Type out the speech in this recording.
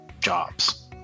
jobs